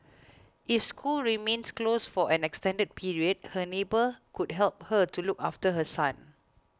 if schools remains closed for an extended period her neighbour could help her to look after her son